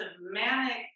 manic